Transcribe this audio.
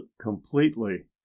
completely